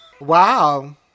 Wow